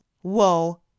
whoa